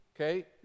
Okay